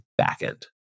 backend